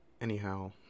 Anyhow